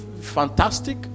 fantastic